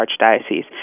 archdiocese